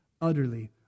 utterly